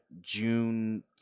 june